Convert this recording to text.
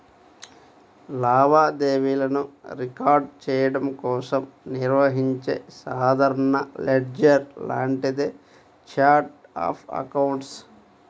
లావాదేవీలను రికార్డ్ చెయ్యడం కోసం నిర్వహించే సాధారణ లెడ్జర్ లాంటిదే ఛార్ట్ ఆఫ్ అకౌంట్స్